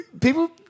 people